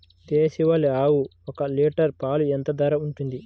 దేశవాలి ఆవులు ఒక్క లీటర్ పాలు ఎంత ధర ఉంటుంది?